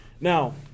Now